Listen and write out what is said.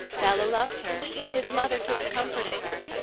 bella loved her, his mother took comfort in her,